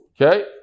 Okay